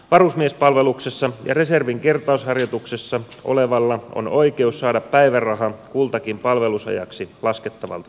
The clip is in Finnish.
varusmiespalveluksessa ja reservin kertausharjoituksessa olevalla on oikeus saada päiväraha kultakin palvelusajaksi laskettavalta päivältä